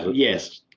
yes.